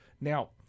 Now